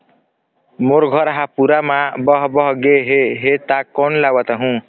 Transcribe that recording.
मोर घर हा पूरा मा बह बह गे हे हे ता कोन ला बताहुं?